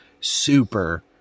super